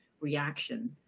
reaction